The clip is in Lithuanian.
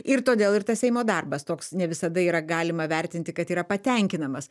ir todėl ir tas seimo darbas toks ne visada yra galima vertinti kad yra patenkinamas